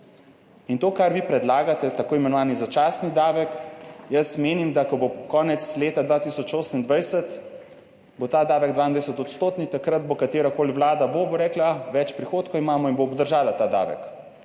In to, kar vi predlagate, tako imenovani začasni davek, jaz menim, da ko bo konec leta 2028, bo ta davek 22-odstotni. Takrat bo vlada, katera koli bo, rekla, imamo več prihodkov in bo obdržala ta davek.